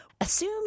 Assume